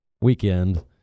weekend